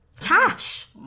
Tash